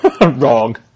wrong